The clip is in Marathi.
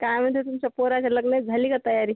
काय म्हणताय तुमच्या पोराच्या लग्नाची झाली का तयारी